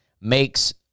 makes